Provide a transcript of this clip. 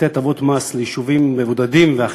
לתת הטבות מס ליישובים מבודדים ואחרים.